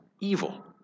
evil